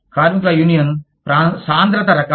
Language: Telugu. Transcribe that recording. కార్మికుల యూనియన్ సాంద్రత రకాలు